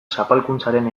zapalkuntzaren